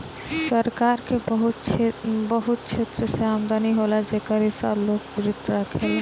सरकार के बहुत क्षेत्र से आमदनी होला जेकर हिसाब लोक वित्त राखेला